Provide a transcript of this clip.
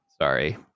sorry